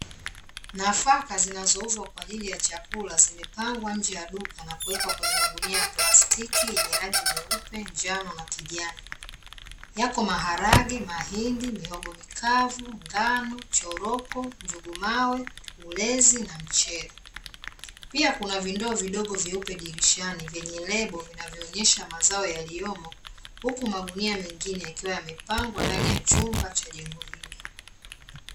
Nafaka zinazouzwa kwa ajili ya chakula zimepangwa nje ya duka na kuwekwa kwenye magunia ya plastiki yenye rangi nyeupe, njano na kijani. Yako maharage, mahindi, mihogo mikavu, ngano, choroko, njugu mawe, ulezi na mchele. Pia, kuna vindoo vidogo vyeupe dirishani vyenye lebo vinavyoonyesha mazao yaliyomo, huku magunia mengine yakiwa yamepangwa ndani ya chumba cha jengo hili.